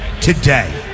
today